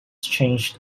changed